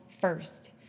first